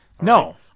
No